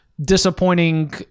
disappointing